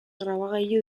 grabagailu